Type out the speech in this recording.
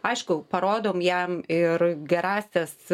aišku parodom jam ir gerąsias